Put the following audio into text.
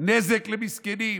נזק למסכנים,